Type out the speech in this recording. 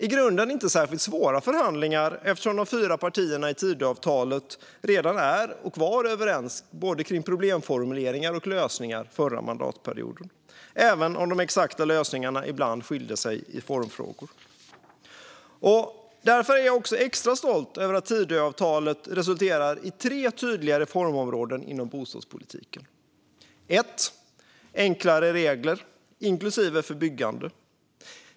I grunden var det inte särskilt svåra förhandlingar eftersom de fyra partierna i Tidöavtalet var överens både kring problemformuleringar och lösningar redan förra mandatperioden, även om de exakta lösningarna ibland skilde sig åt i formfrågor. Därför är jag också extra stolt över att Tidöavtalet resulterat i tre tydliga reformområden inom bostadspolitiken. Det första är enklare regler, inklusive för byggande.